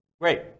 great